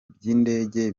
by’indege